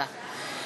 ציפי לבני,